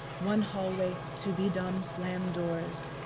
one hallway to bee-dum-slam doors.